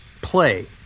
play